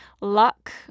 luck